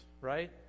right